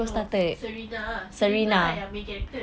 oh serena lah serena yang main character